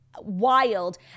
wild